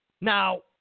Now